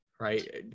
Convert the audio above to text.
right